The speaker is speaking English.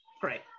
Great